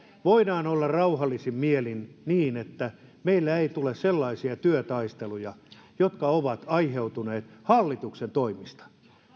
voidaan olla rauhallisin mielin että meillä ei tule sellaisia työtaisteluja jotka ovat aiheutuneet hallituksen toimista